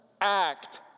Act